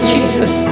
Jesus